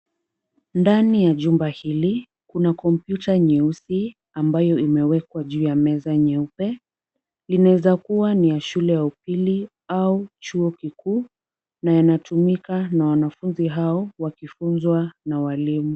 Ndani ya jumba hili kuna kompyuta nyeusi ambayo imewekwa juu ya meza nyeupe. Inaweza kuwa ni ya shule ya upili au chuo kikuu na inatumika na wanafunzi hao wakifunzwa na walimu.